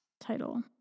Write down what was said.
title